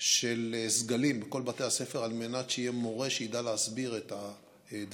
של סגלים בכל בתי הספר על מנת שיהיה מורה שידע להסביר את הדברים,